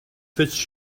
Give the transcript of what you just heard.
fits